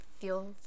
feel